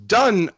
done